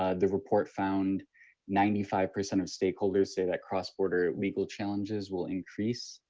ah the report found ninety five percent of stakeholders say like cross border legal challenges will increase.